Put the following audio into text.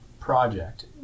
project